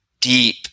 deep